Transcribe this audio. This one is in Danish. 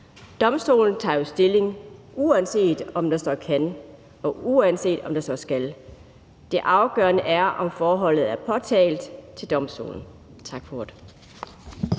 Domstolen tager jo stilling, uanset om der står »kan« eller »skal«. Det afgørende er, om forholdet er påtalt til domstolen. Tak for ordet.